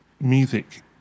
music